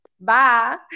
Bye